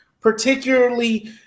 particularly